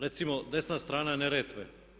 Recimo desna strana Neretve.